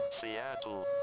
Seattle